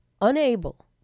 unable